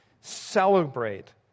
celebrate